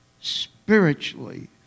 Spiritually